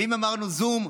ואם אמרנו זום,